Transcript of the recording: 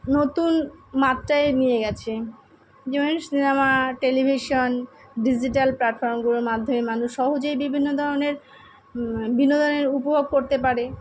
নতুন মাত্রায় নিয়ে গেছে যেমনি সিনেমা টেলিভিশন ডিজিটাল প্ল্যাটফর্মগুলোর মাধ্যমে মানুষ সহজেই বিভিন্ন ধরনের বিনোদনের উপভোগ করতে পারে